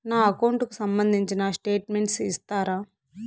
నా అకౌంట్ కు సంబంధించిన స్టేట్మెంట్స్ ఇస్తారా